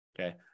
Okay